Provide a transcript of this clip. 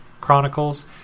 Chronicles